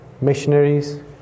missionaries